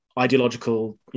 ideological